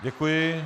Děkuji.